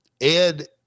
Ed